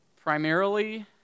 primarily